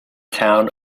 town